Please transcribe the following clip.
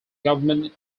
government